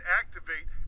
activate